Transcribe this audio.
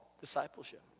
discipleship